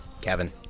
Kevin